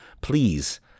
Please